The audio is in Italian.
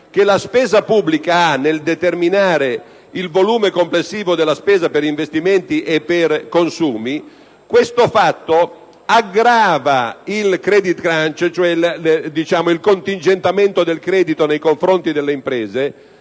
che la spesa pubblica ha nel determinare il volume complessivo della spesa per investimenti e per consumi, ciò aggrava il *credit crunch*, cioè il contingentamento del credito nei confronti delle imprese,